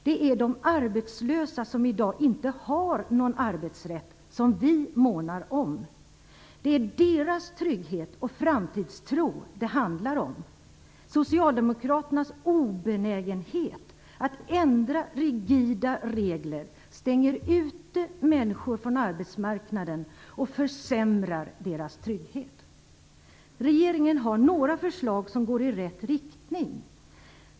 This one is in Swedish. Det är de arbetslösa som i dag inte har någon arbetsrätt som vi månar om. Det är deras trygghet och framtidstro det handlar om. Socialdemokraternas obenägenhet att ändra i rigida regler stänger ute människor från arbetsmarknaden och försämrar deras trygghet. Regeringen har några förslag som går i rätt riktning.